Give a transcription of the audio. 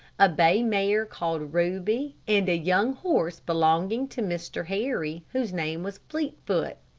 a bay mare called ruby, and a young horse belonging to mr. harry, whose name was fleetfoot.